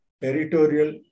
territorial